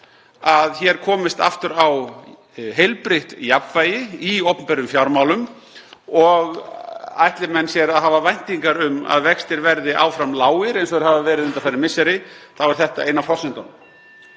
að hér komist aftur á heilbrigt jafnvægi í opinberum fjármálum. Og ætli menn sér að hafa væntingar (Forseti hringir.) um að vextir verði áfram lágir eins og þeir hafa verið undanfarin misseri þá er þetta ein af forsendunum.